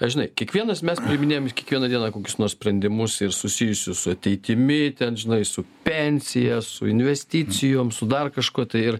na žinai kiekvienas mes priiminėjam kiekvieną dieną kokius nors sprendimus ir susijusiu su ateitimi ten žinai su pensija su investicijom su dar kažkuo tai ir